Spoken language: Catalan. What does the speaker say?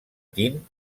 tint